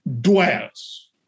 dwells